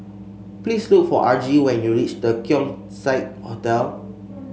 please look for Argie when you reach The Keong Saik Hotel